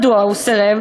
מדוע הוא סירב?